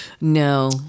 No